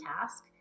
task